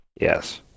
Yes